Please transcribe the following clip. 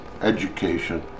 education